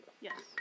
Yes